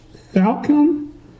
falcon